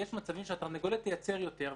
שהתרנגולת תייצר יותר,